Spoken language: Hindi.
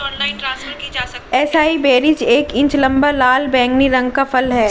एसाई बेरीज एक इंच लंबा, लाल बैंगनी रंग का फल है